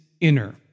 inner